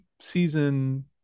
season